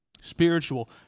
Spiritual